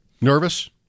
nervous